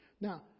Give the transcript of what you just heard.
Now